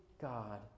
God